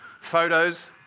photos